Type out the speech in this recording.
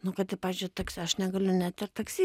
nu kad ir pavyzdžiui taksi aš negaliu net ir taksi